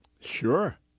Sure